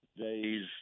Days